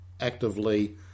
actively